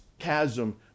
chasm